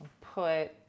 put